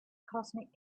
cosmic